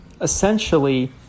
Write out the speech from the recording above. essentially